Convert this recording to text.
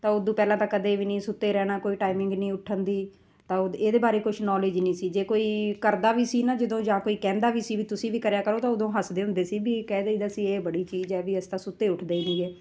ਤਾਂ ਉਤੋਂ ਪਹਿਲਾਂ ਤਾਂ ਕਦੇ ਵੀ ਨਹੀਂ ਸੁੱਤੇ ਰਹਿਣਾ ਕੋਈ ਟਾਈਮਿੰਗ ਨਹੀਂ ਉੱਠਣ ਦੀ ਤਾਂ ਇਹਦੇ ਬਾਰੇ ਕੁਝ ਨੌਲੇਜ ਹੀ ਨਹੀਂ ਸੀ ਜੇ ਕੋਈ ਕਰਦਾ ਵੀ ਸੀ ਨਾ ਜਦੋਂ ਜਾਂ ਕੋਈ ਕਹਿੰਦਾ ਵੀ ਸੀ ਵੀ ਤੁਸੀਂ ਵੀ ਕਰਿਆ ਕਰੋ ਤਾਂ ਉਦੋਂ ਹੱਸਦੇ ਹੁੰਦੇ ਸੀ ਵੀ ਕਹਿ ਦਈਦਾ ਸੀ ਇਹ ਬੜੀ ਚੀਜ਼ ਹੈ ਵੀ ਅਸੀਂ ਤਾਂ ਸੁੱਤੇ ਉੱਠਦੇ ਹੀ ਨੀਗੇ